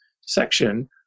section